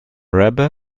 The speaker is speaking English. rebbe